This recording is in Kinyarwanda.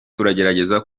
tugerageza